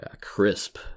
crisp